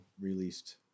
released